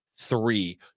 Three